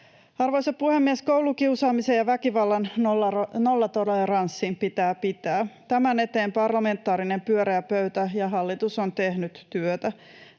Arvoisa puhemies! Koulukiusaamisen ja väkivallan nollatoleranssin pitää pitää. Tämän eteen parlamentaarinen pyöreä pöytä ja hallitus ovat tehneet työtä.